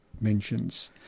mentions